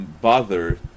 Bother